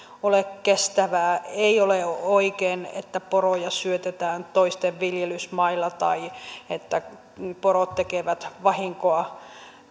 ole kestävää ei ole oikein että poroja syötetään toisten viljelysmailla tai että porot tekevät vahinkoa